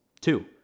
Two